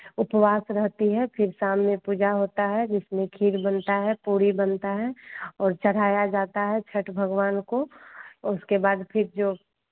उपवास रहती है फिर शाम में पूजा होता है जिसमें खीर बनता है पूड़ी बनता है और चढ़ाया जाता है छठ भगवान को उसके बाद फिर जो